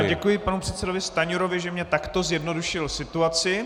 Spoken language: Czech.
Děkuji panu předsedovi Stanjurovi, že mně takto zjednodušil situaci.